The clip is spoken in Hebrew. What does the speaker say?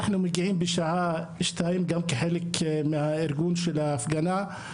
אנחנו מגיעים בשעה 14:00 גם כחלק מהארגון של ההפגנה,